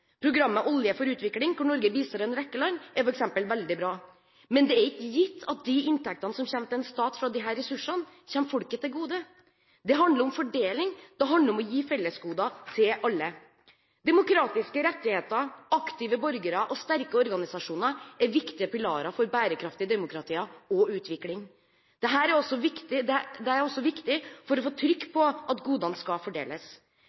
Programmet Olje for utvikling, hvor Norge bistår en rekke land, er f.eks. veldig bra, men det er ikke gitt at de inntektene som kommer til en stat fra disse ressursene, kommer folket til gode. Det handler om fordeling, det handler om å gi fellesgoder til alle. Demokratiske rettigheter, aktive borgere og sterke organisasjoner er viktige pilarer for bærekraftige demokratier og utvikling. Dette er også viktig for å få trykk på at godene skal fordeles.